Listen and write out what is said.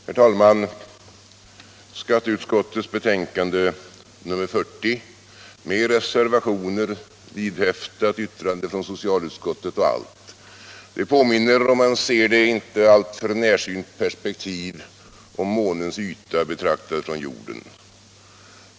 Herr talman! Skatteutskottets betänkande nr 40 med reservationer, vidhäftat yttrande från socialutskottet och allt påminner, om man ser det i ett inte alltför närsynt perspektiv, om månens yta betraktad från jorden.